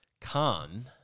Khan